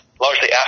largely